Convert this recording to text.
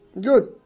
good